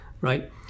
right